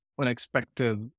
unexpected